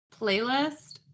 playlist